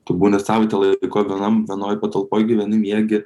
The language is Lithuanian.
tu būni savaitę laiko vienam vienoj patalpoj gyveni miegi